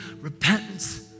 repentance